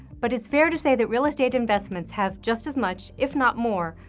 but it's fair to say that real estate investments have just as much, if not more,